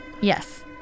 Yes